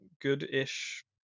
good-ish